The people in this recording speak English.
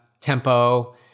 tempo